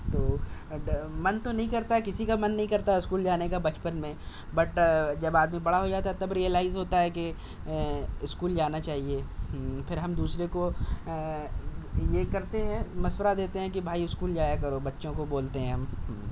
تو ڈر من تو نہیں کرتا ہے کسی کا من نہیں کرتا ہے اسکول جانے کا بچپن میں بٹ جب آدمی بڑا ہو جاتا تب ریلائز ہوتا ہے کہ اسکول جانا چاہیے پھر ہم دوسرے کو یہ کرتے ہیں مشورہ دیتے ہیں کہ بھائی اسکول جایا کرو بچوں کو بولتے ہیں ہم